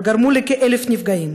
וגרמו לכ-1,000 נפגעים.